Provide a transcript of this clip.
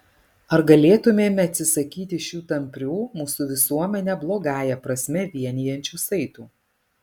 ar galėtumėme atsisakyti šių tamprių mūsų visuomenę blogąją prasme vienijančių saitų